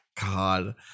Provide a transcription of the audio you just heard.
God